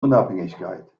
unabhängigkeit